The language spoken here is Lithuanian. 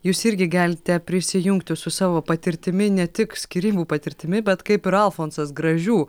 jūs irgi galite prisijungti su savo patirtimi ne tik skyrybų patirtimi bet kaip ir alfonsas gražių